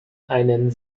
einen